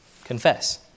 Confess